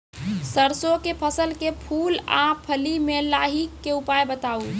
सरसों के फसल के फूल आ फली मे लाहीक के उपाय बताऊ?